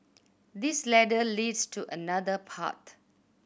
this ladder leads to another path